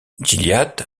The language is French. gilliatt